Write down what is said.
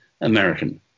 American